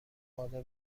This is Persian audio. قادر